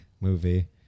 movie